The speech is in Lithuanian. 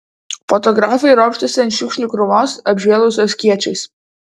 fotografai ropštėsi ant šiukšlių krūvos apžėlusios kiečiais